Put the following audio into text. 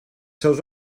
seus